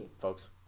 Folks